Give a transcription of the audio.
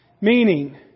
Meaning